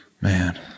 Man